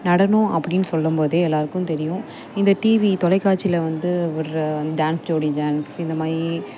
நடனம் அப்படின்னு சொல்லும் போதே எல்லோருக்கும் தெரியும் இந்த டிவி தொலைக்காட்சியில் வந்து விடுற டான்ஸ் ஜோடி டான்ஸ் இந்தமாதிரி